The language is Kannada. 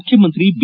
ಮುಖ್ಯಮಂತ್ರಿ ಬಿ